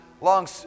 long